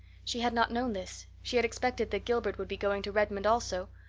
she had not known this she had expected that gilbert would be going to redmond also.